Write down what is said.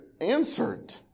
answered